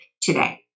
today